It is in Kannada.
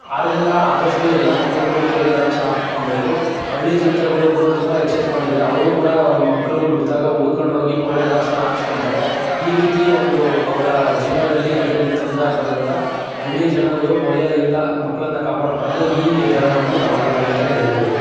ಆದ್ದರಿಂದಾ ಆದಷ್ಟು ಎಲ್ಲ ಮಕ್ಳುಗಳು ಪೋಲಿಯೋ ಡ್ರಾಪ್ಸ್ನ ಹಾಕ್ಸ್ಕೊಂಬೇಕು ಹಳ್ಳಿ ಜನತೆಗಳು ಕೂಡ ತುಂಬ ಎಚ್ಚೆತ್ತುಕೊಂಡಿದಾರೆ ಅವರು ಕೂಡಾ ಅವ್ರ ಮಕ್ಳುಗಳು ಹುಟ್ಟ್ದಾಗ ಹುಡ್ಕೊಂಡ್ ಹೋಗಿ ಪೋಲಿಯೋ ಡ್ರಾಪ್ಸ್ನ ಹಾಕ್ಸ್ಕೊಂತರೆ ಈ ರೀತಿ ಒಂದು ಅವರ ಜೀವನದಲ್ಲಿ ಯಾವುದೇ ರೀತಿ ತೊಂದರೆ ಆಗ್ಬಾರ್ದು ಅಂತ ಹಳ್ಳಿ ಜನಗಳು ಪೋಲಿಯೋದಿಂದ ಮಕ್ಕಳನ್ನ ಕಾಪಾಡಿಕೊಳ್ಳಲು ಈ ನಿರ್ಧಾರವನ್ನು ತೊಗೊಂಡಿದ್ದಾರೆ ಅಂತಲೇ ಹೇಳ್ಬೋದು